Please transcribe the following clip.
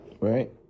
Right